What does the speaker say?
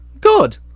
Good